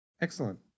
Excellent